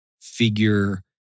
figure